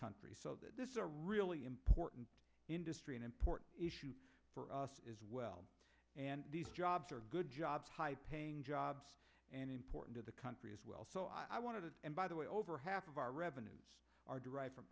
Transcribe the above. country so that this is a really important industry an important issue for us as well and these jobs are good jobs high paying jobs and important to the country as well so i want to and by the way over half of our revenues are derived from